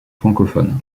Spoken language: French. francophones